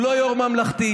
הוא לא יו"ר ממלכתי.